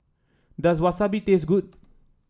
does Wasabi taste good